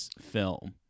film